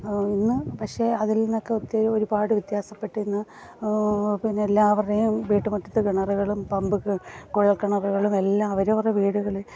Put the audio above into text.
ഇന്ന് പക്ഷെ അതിൽനിന്നൊക്കെ ഒത്തിരി ഒരുപാട് വ്യത്യാസപ്പെട്ടിന്ന് പിന്നെ എല്ലാവരുടെയും വീട്ടുമുറ്റത്ത് കിണറുകളും പമ്പൊക്കെ കുഴൽക്കിണറുകളും എല്ലാം അവരവരുടെ വീടുകളിൽ